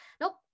nope